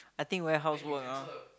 I think warehouse work ah